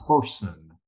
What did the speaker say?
person